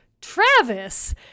Travis